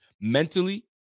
mentally